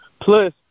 Plus